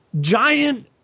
giant